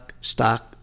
stock